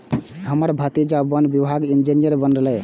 हमर भतीजा वन विभागक इंजीनियर बनलैए